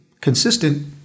consistent